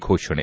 ಘೋಷಣೆ